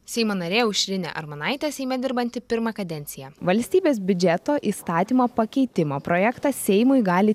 seimo narė aušrinė armonaitė seime dirbanti pirmą kadenciją valstybės biudžeto įstatymo pakeitimo projektą seimui gali